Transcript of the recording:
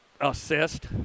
assist